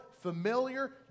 familiar